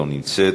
לא נמצאת,